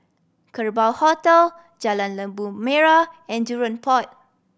Kerbau Hotel Jalan Labu Merah and Jurong Port